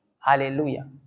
Hallelujah